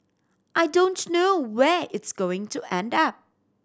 I don't know where it's going to end up